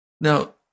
Now